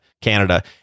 Canada